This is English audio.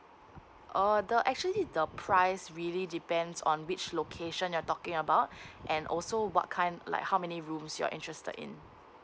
err the actually the price really depends on which location you're talking about and also what kind of like how many rooms you're interested in